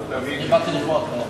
לרשותך, אדוני, ארבע דקות.